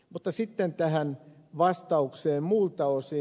mutta sitten tähän vastaukseen muilta osin